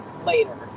Later